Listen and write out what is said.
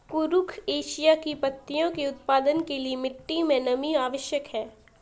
कुरुख एशिया की पत्तियों के उत्पादन के लिए मिट्टी मे नमी आवश्यक है